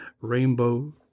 rainbow